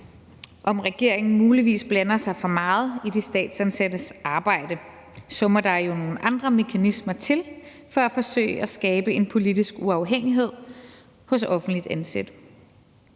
om regeringen muligvis blander sig for meget i de statsansattes arbejde. Så må der jo nogle andre mekanismer til for at forsøge at skabe en politisk uafhængighed hos offentligt ansatte.